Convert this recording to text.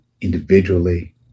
individually